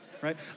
Right